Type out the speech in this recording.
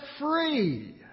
free